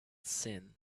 seen